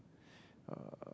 uh